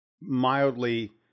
mildly